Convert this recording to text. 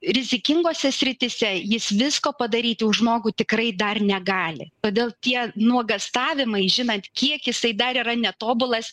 rizikingose srityse jis visko padaryti už žmogų tikrai dar negali todėl tie nuogąstavimai žinant kiek jisai dar yra netobulas